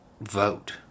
vote